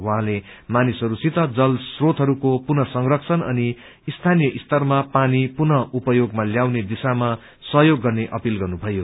उहाँले मानिसहरूसित जल स्रोतहरूको पुनः संरक्षण अनि स्थानीय स्तरमा पानी पुनः उपयोगमा ल्याउने दिशामा सहयोग गर्ने अपील गर्नुभयो